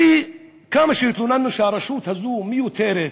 וכמה שהתלוננו שהרשות הזאת מיותרת,